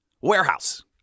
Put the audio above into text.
Warehouse